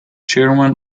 chairman